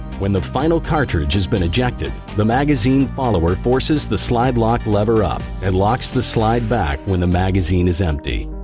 when the final cartridge has been ejected, the magazine follower forces the slide lock lever up and locks the slide back when the magazine is empty.